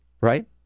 right